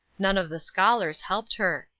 none of the scholars helped her.